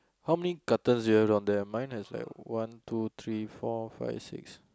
how many cartons you have down there mine has like on two three four five six